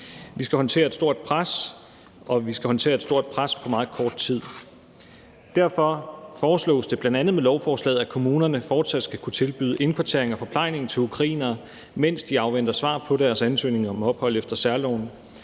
Vi skal håndtere et stort pres, og vi skal håndtere et stort pres på meget kort tid. Derfor foreslås det bl.a. med lovforslaget, at kommunerne fortsat skal kunne tilbyde indkvartering og forplejning til ukrainere, mens de afventer svar på deres ansøgning om ophold efter særloven.